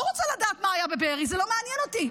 לא רוצה לדעת מה היה בבארי, זה לא מעניין אותי.